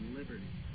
liberty